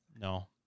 No